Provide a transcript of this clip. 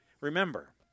remember